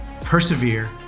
persevere